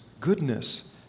goodness